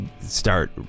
start